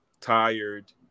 tired